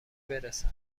برسن